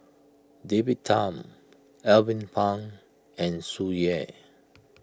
David Tham Alvin Pang and Tsung Yeh